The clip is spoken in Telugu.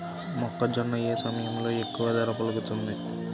మొక్కజొన్న ఏ సమయంలో ఎక్కువ ధర పలుకుతుంది?